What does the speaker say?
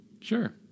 Sure